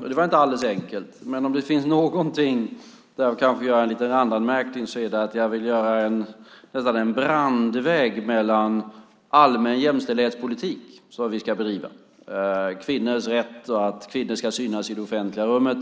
Det var inte alldeles enkelt. Men om det finns någonting där jag kanske vill göra en liten randanmärkning så är det att jag vill sätta upp nästan en brandvägg mot allmän jämställdhetspolitik som vi ska bedriva, kvinnors rätt och att kvinnor ska synas i det offentliga rummet.